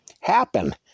happen